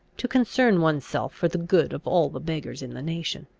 to concern one's self for the good of all the beggars in the nation.